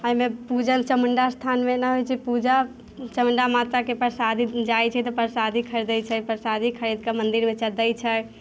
एहिमे पूजन चामुण्डा स्थानमे नहि होइत छै पूजा चामुण्डा माताके परसादी जाइत छै तऽ परसादी खरीदैत छै परसादी खरीद कऽ मन्दिरमे च दय छै